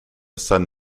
son